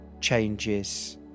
changes